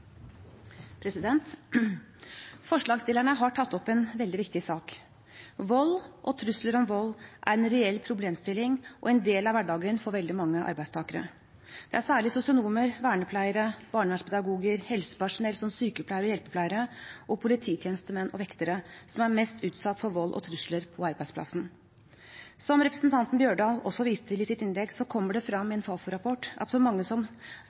trusler om vold er en reell problemstilling og en del av hverdagen for veldig mange arbeidstakere. Det er særlig sosionomer, vernepleiere, barnevernspedagoger, helsepersonell, som sykepleiere og hjelpepleiere, og polititjenestemenn og vektere som er mest utsatt for vold og trusler på arbeidsplassen. Som representanten Holen Bjørdal også viste til i sitt innlegg, kommer det frem i en Fafo-rapport at så mange som